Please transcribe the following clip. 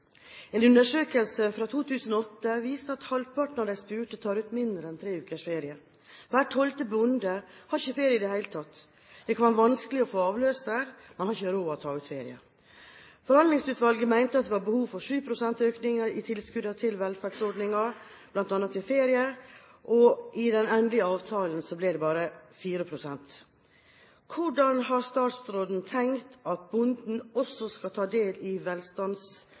En undersøkelse fra 2008 viste at halvparten av de spurte tar ut mindre enn tre ukers ferie. Hver tolvte bonde har ikke ferie i det hele tatt. Det kan være vanskelig å få avløser, man har ikke råd til å ta ut ferie. Forhandlingsutvalget mente at det var behov for 7 pst. økning i tilskuddene til velferdsordninger, bl.a. til ferie. I den endelige avtalen ble det bare 4 pst. Hvordan har statsråden tenkt at bonden skal ta del i